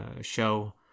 show